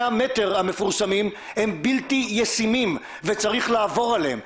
המטר המפורסמים הם בלתי ישימים וצריך לעבור עליהם.